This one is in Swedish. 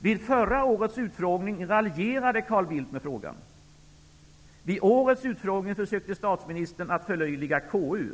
Vid förra årets utfrågning raljerade Carl Bildt med frågan. Vid årets utfrågning försökte statsministern att förlöjliga KU.